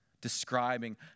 describing